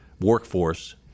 workforce